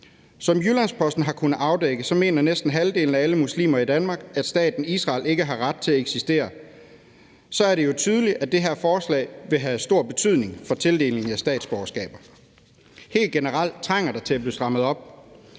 Som Jyllands-Posten har kunnet afdække, mener næsten halvdelen af alle muslimer i Danmark, at staten Israel ikke har ret til at eksistere. Så er det jo tydeligt, at det her forslag vil have stor betydning for tildelingen af statsborgerskaber. Helt generelt trænger der til at blive strammet op.